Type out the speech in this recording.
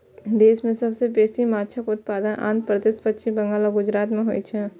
देश मे सबसं बेसी माछक उत्पादन आंध्र प्रदेश, पश्चिम बंगाल आ गुजरात मे होइ छै